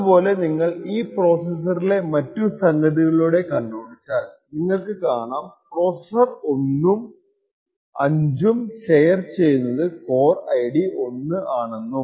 അതുപോലെ നിങ്ങൾ ഈ പ്രോസെസ്സറിലെ മറ്റു സംഗതികളിലൂടെ കണ്ണോടിച്ചാൽ നിങ്ങൾക്ക് കാണാം പ്രോസെസ്സർ 1 ഉം 5 ഉം ഷെയർ ചെയ്യുന്നത് കോർ ID 1 ആയ പ്രോസെസ്സർ ആണെന്ന്